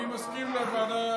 אני מסכים לוועדה.